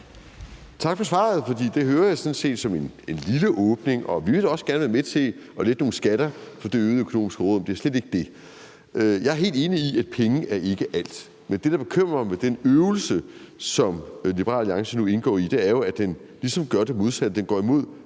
Tak for svaret, for det hører jeg sådan set som en lille åbning. Vi vil da også gerne være med til at lette nogle skatter for det øgede økonomiske råderum; det er slet ikke det. Jeg er helt enig i, at penge ikke er alt, men det, der bekymrer mig med den øvelse, som Liberal Alliance nu indgår i, er jo, at den ligesom gør det modsatte. Den går imod